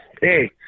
Hey